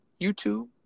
youtube